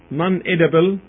non-edible